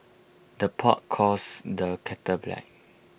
the pot calls the kettle black